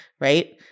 right